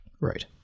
Right